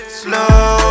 slow